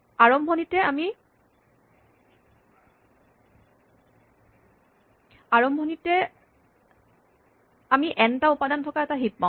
আৰম্ভণিতে আমি এন টা উপাদান থকা এটা হিপ পাওঁ